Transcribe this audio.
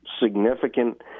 significant